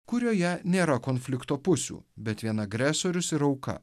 kurioje nėra konflikto pusių bet vien agresorius ir auka